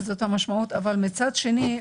אבל מצד שני,